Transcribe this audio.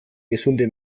gesunde